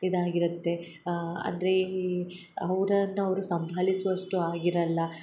ಇದಾಗಿರುತ್ತೆ ಅಂದರೆ ಅವರನ್ನ ಅವರು ಸಂಭಾಲಿಸುವಷ್ಟು ಆಗಿರಲ್ಲ